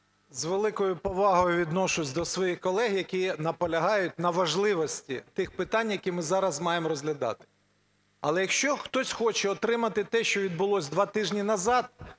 З великою повагою відношусь до своїх колег, які наполягають на важливості тих питань, які ми зараз маємо розглядати. Але якщо хтось хоче отримати те, що відбулося два тижні назад,